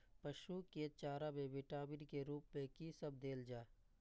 पशु के चारा में विटामिन के रूप में कि सब देल जा?